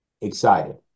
excited